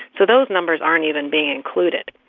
so those numbers aren't even being included.